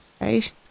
right